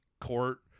court